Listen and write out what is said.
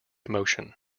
motion